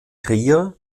trier